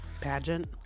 Pageant